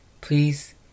please